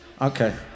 Okay